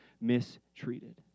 mistreated